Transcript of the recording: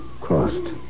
crossed